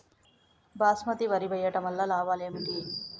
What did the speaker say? బాస్మతి వరి వేయటం వల్ల లాభాలు ఏమిటి?